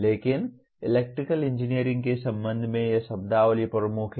लेकिन electrical engineering के संबंध में यह शब्दावली प्रमुख है